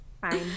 fine